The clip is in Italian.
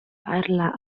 parla